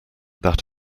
that